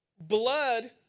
blood